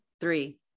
three